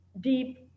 deep